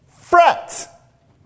fret